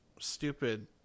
stupid